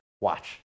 Watch